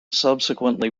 subsequently